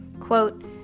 Quote